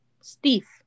Steve